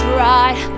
right